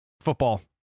football